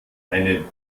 eine